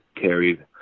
carried